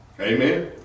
Amen